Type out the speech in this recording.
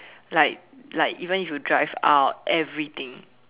like like even if you drive out everything